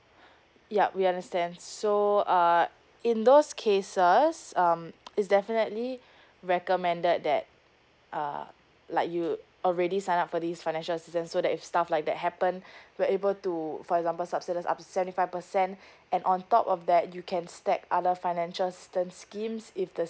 yup we understand so uh in those cases um is definitely recommend that uh like you already sign up for this financial assistance so that if stuff like that happened we're able to for example subsidize up to seventy five percent and on top of that you can stack other financial assistance schemes if the